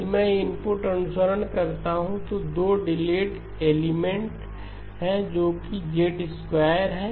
यदि मैं इनपुट से अनुसरण करता हूं तो 2 डिलेड एलिमेंट हैं जो किZ2 हैं